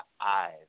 eyes